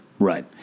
Right